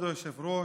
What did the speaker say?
כבוד היושב-ראש,